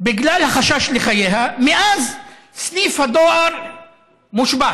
בגלל החשש לחייה, מאז סניף הדואר מושבת.